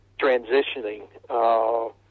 transitioning